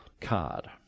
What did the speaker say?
card